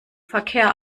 verkehr